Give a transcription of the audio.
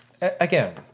again